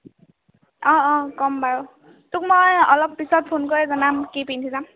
অ অ ক'ম বাৰু তোক মই অলপ পিছত ফোন কৰি জনাম কি পিন্ধি যাম